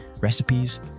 recipes